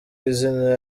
izina